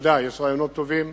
ודאי יש רעיונות טובים.